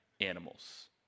animals